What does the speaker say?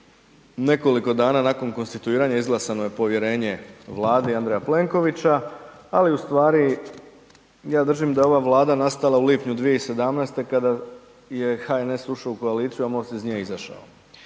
nekoliko dana nakon konstituiranja izglasano je povjerenje Vladi Andreja Plenkovića, ali u stvari ja držim da je ova Vlada nastala u lipnju 2017. kada je HNS ušao u koaliciju, a MOST iz nje izašao.